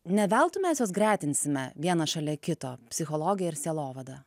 ne veltui mes juos gretinsime vieną šalia kito psichologija ir sielovada